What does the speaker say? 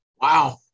Wow